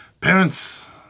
Parents